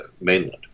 mainland